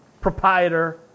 proprietor